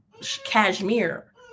cashmere